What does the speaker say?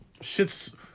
Shit's